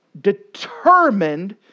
determined